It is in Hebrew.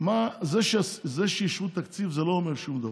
זה שאישרו תקציב זה לא אומר שום דבר.